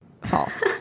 false